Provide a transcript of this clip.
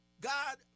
God